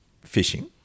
fishing